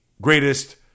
greatest